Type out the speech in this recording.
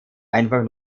einfach